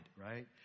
right